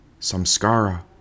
samskara